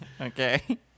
Okay